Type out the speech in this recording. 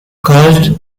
caused